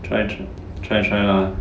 try to try try lah